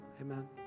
amen